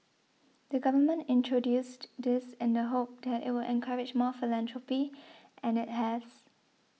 the Government introduced this in the hope that it would encourage more philanthropy and it has